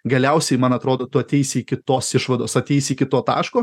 galiausiai man atrodo tu ateisi iki tos išvados ateisi iki to taško